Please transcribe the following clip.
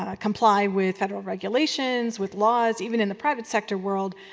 ah comply with federal regulations, with laws. even in the private sector world,